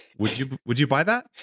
would you would you buy that?